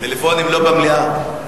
טלפונים, לא במליאה.